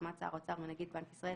בהסכמת שר האוצר ונגיד בנק ישראל,